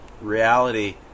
reality